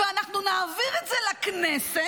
ואנחנו נעביר את זה לכנסת,